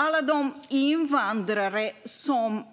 Alla invandrare som